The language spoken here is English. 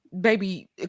baby